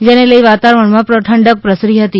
જેને લઇ વાતાવરણમાં ઠંડક પ્રસરી હતી